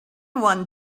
one